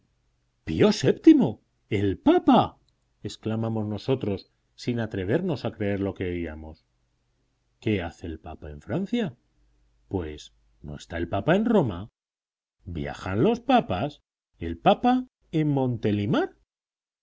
pío vii el papa exclamamos nosotros sin atrevernos a creer lo que oíamos qué hace el papa en francia pues no está el papa en roma viajan los papas el papa en montelimart